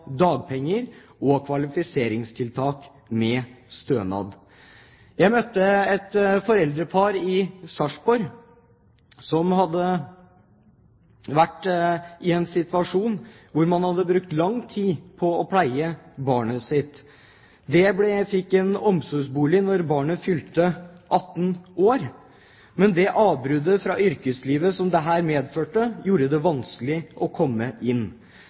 dagpenger og kvalifiseringstiltak med stønad. Jeg møtte et foreldrepar i Sarpsborg som hadde vært i en situasjon der de hadde brukt lang tid på å pleie barnet sitt. Barnet fikk omsorgsbolig da det fylte 18 år, men det avbruddet fra yrkeslivet som dette medførte, gjorde det vanskelig for foreldrene å komme inn